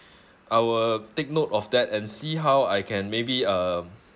I will take note of that and see how I can maybe uh